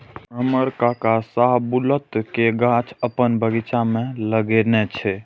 हमर काका शाहबलूत के गाछ अपन बगीचा मे लगेने छै